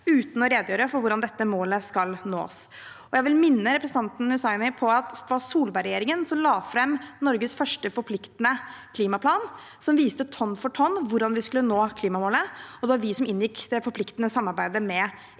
uten å redegjøre for hvordan dette målet skal nås. Jeg vil minne representanten Hussaini på at det var Solberg-regjeringen som la fram Norges første forpliktende klimaplan, som viste tonn for tonn hvordan vi skulle nå klimamålene, og det var vi som inngikk det forpliktende samarbeidet med